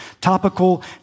topical